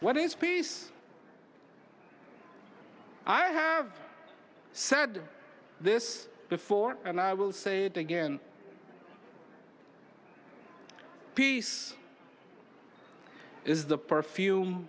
what is peace i have said this before and i will say it again peace is the perfume